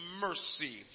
mercy